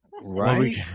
Right